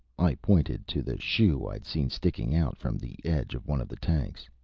i pointed to the shoe i'd seen sticking out from the edge of one of the tanks.